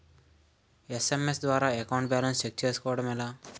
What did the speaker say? SMS ద్వారా account balance check చేసుకోవటం ఎలా?